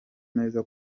meza